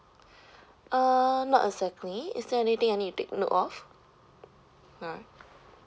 uh not exactly is there anything I need to take note of mm